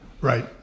Right